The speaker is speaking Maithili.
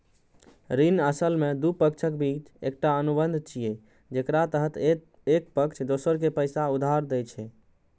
ऋण असल मे दू पक्षक बीच एकटा अनुबंध छियै, जेकरा तहत एक पक्ष दोसर कें पैसा उधार दै छै